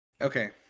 okay